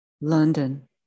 London